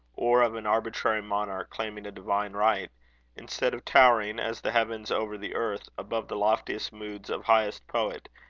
or of an arbitrary monarch claiming a divine right instead of towering as the heavens over the earth, above the loftiest moods of highest poet,